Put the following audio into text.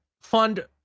fund